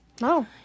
No